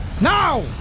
Now